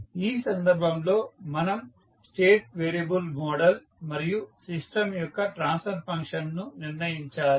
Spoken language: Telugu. ఈ సందర్భంలో మనం స్టేట్ వేరియబుల్ మోడల్ మరియు సిస్టమ్ యొక్క ట్రాన్స్ఫర్ ఫంక్షన్ను నిర్ణయించాలి